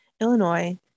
Illinois